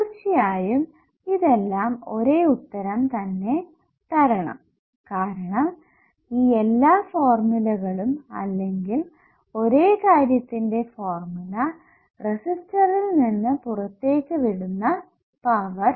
തീർച്ചയായും ഇതെല്ലം ഒരേ ഉത്തരം തന്നെ തരണം കാരണം ഈ എല്ലാ ഫോർമുലകളും അല്ലെങ്കിൽ ഒരേ കാര്യത്തിന്റെ ഫോർമുല റെസിസ്റ്ററിൽ നിന്ന് പുറത്തേക് വിടുന്ന പവർ